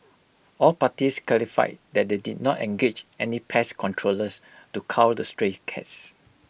all parties clarified that they did not engage any pest controllers to cull the stray cats